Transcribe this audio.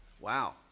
Wow